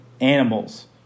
animals